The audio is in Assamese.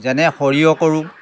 যেনে সৰিয়হ কৰোঁ